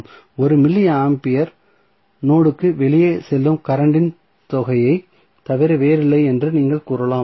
1 milliampere node க்கு வெளியே செல்லும் கரண்ட் இன் தொகையைத் தவிர வேறில்லை என்று நீங்கள் கூறலாம்